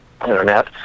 Internet